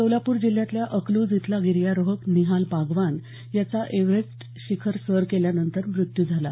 सोलापूर जिल्ह्यातल्या अकलूज इथला गिर्यारोहक निहाल बागवान याचा एव्हरेस्ट शिखर सर केल्यानंतर मृत्यू झाला